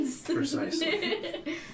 Precisely